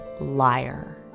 liar